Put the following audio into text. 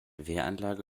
wehranlage